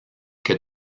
que